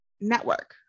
network